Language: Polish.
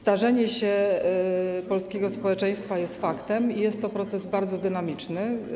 Starzenie się polskiego społeczeństwa jest faktem i jest to proces bardzo dynamiczny.